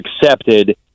accepted